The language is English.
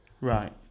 Right